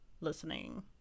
listening